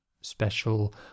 special